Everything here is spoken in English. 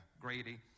Grady